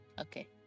okay